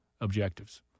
objectives